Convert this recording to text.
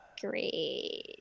Great